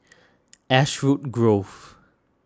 Ashwood Grove